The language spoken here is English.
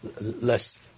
Less